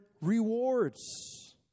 rewards